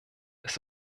ist